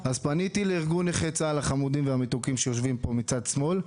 אז פניתי לארגון נכי צה"ל החמודים והמתוקים שיושבים פה מצד שמאל,